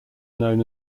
known